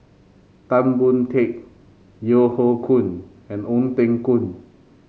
Tan Boon Teik Yeo Hoe Koon and Ong Teng Koon